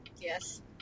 Yes